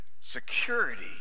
security